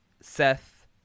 Seth